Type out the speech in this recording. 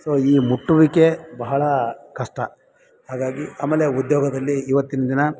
so ಈ ಮುಟ್ಟುವಿಕೆ ಬಹಳ ಕಷ್ಟ ಹಾಗಾಗಿ ಅಮೇಲೆ ಉದ್ಯೋಗದಲ್ಲಿ ಇವತ್ತಿನ ದಿನ